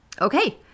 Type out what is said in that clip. Okay